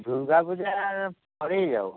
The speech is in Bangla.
দুর্গাপূজার পরেই যাব